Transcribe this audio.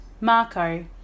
Marco